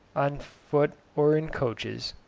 on foot or in coaches,